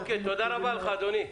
תודה רבה לך, אדוני.